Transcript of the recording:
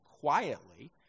quietly